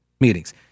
Meetings